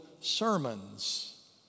sermons